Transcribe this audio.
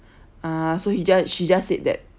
ah so he just she just said that